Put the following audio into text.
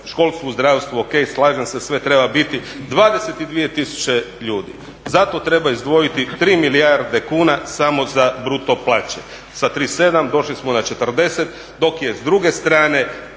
školstvu, zdravstvu, ok slažem se sve treba biti, 22 tisuće ljudi. Zato treba izdvojiti 3 milijarde kuna samo za bruto plaće. Sa 37 došli smo 40, dok je s druge strane